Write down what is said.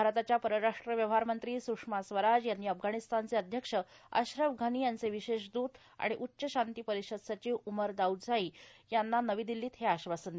भारताच्या परराष्ट्र व्यवहार मंत्री सुषमा स्वराज यांनी अफगाणिस्तानचे अध्यक्ष अश्रफ घनी यांचे विशेष दूत आणि उच्च शांती परिषद सचिव उमर दाऊदझाई यांनी नवी दिल्लीत हे आश्वासन दिलं